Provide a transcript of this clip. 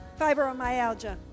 fibromyalgia